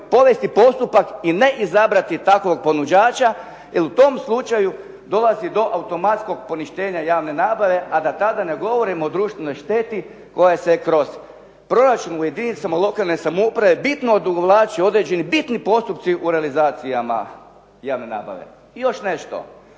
povesti postupak i ne izabrati takvog ponuđača, jer u tom slučaju dolazi do automatskog poništenja javne nabave, a da tada ne govorimo o društvenoj šteti koja se kroz proračun u jedinicama lokalne samouprave bitno odugovlače određeni bitni postupci u realizacijama javne nabave. I još nešto,